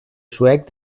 suec